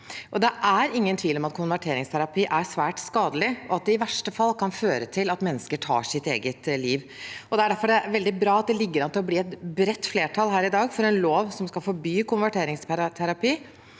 Det er ingen tvil om at konverteringsterapi er svært skadelig, og at det i verste fall kan føre til at mennesker tar sitt eget liv. Det er derfor veldig bra at det ligger an til å bli et bredt flertall her i dag for en lov som skal forby konverteringsterapi,